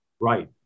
Right